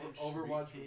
Overwatch